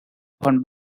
upon